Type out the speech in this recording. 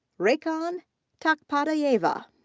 raikhan tokpatayeva.